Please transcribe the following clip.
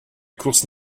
course